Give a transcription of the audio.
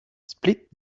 split